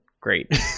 great